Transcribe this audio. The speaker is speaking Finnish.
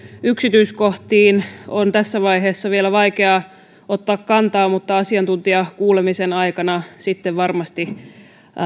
yksityiskohtiin on tässä vaiheessa vielä vaikea ottaa kantaa mutta asiantuntijakuulemisen aikana sitten varmasti